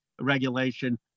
regulation